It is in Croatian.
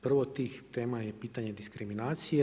Prvo tih tema je pitanje diskriminacije.